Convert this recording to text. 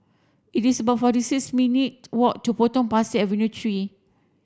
it is about forty six minutes' walk to Potong Pasir Avenue three